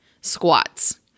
squats